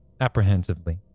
apprehensively